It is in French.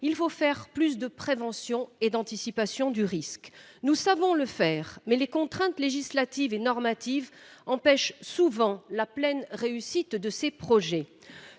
il faut faire plus en matière de prévention et d’anticipation du risque. Nous savons le faire, mais les contraintes législatives et normatives empêchent souvent la pleine réussite de ces projets.